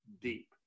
deep